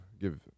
give